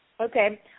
Okay